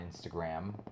Instagram